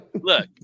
Look